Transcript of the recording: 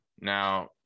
now